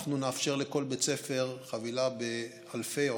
אנחנו נאפשר לכל בית ספר חבילה באלפי או